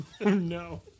no